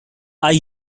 are